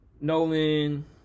Nolan